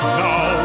now